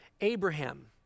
Abraham